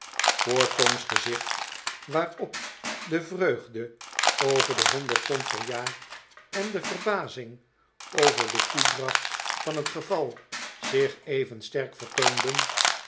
voor tom's gezicht waarop de vr'eugde over de honderd pond per jaar en de verbazing over de toedracht van het geval zich even sterk vertoonden